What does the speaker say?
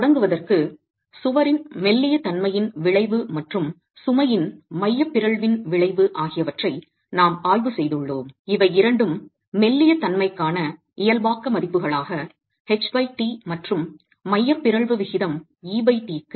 தொடங்குவதற்கு சுவரின் மெல்லிய தன்மையின் விளைவு மற்றும் சுமையின் மைய பிறழ்வின் விளைவு ஆகியவற்றை நாம் ஆய்வு செய்துள்ளோம் இவை இரண்டும் மெல்லிய தன்மைக்கான இயல்பாக்க மதிப்புகளாக ht மற்றும் மைய பிறழ்வு விகிதம் et க்கு